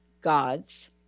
gods